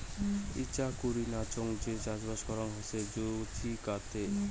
ইচাকুরি নাচেঙ যে চাষবাস করাং হসে জুচিকাতে